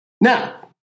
Now